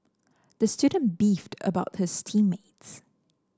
the student beefed about his team mates